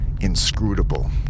inscrutable